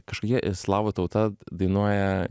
kažkokia slavų tauta dainuoja